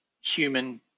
human